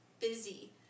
busy